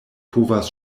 povas